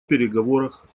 переговорах